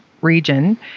region